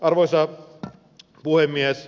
arvoisa puhemies